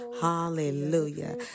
Hallelujah